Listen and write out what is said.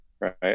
right